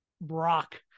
Brock